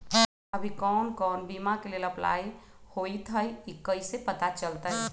अभी कौन कौन बीमा के लेल अपलाइ होईत हई ई कईसे पता चलतई?